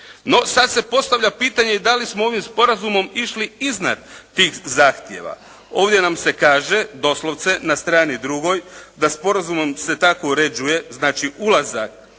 No, sada se postavlja pitanje da li smo ovim sporazumom išli iznad tih zahtjeva. Ovdje nam se kaže doslovce na strani 2, da sporazumom se tako uređuje znači ulazak